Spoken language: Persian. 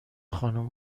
خانوم